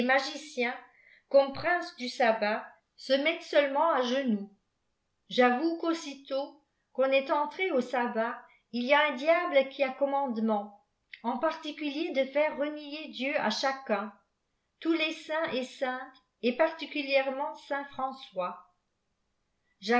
comm princes du sabbat se mettent seulement à genoux j'avoue qu'aussitôt qu'on est entré au sabbat il a un diable qui a commanflement en fartieulier de foei renier dieu à chacun tous les saints et saintes et partîeu lièrement saint françois